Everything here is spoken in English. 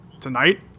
Tonight